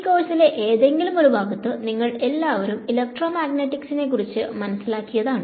ഈ കോഴ്സിലെ ഏതെങ്കിലും ഒരു ഭാഗത്തു നിങ്ങൾ എല്ലാവരും ഇലക്ട്രോമഗ്നെറ്റിക്സിനെ കുറിച് മനസിലാക്കിയതാണ്